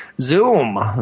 Zoom